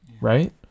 right